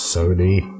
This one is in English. Sony